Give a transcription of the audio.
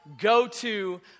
go-to